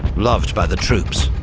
loved by the troops.